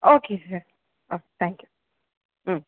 okay sir okay thank you ம்